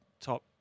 top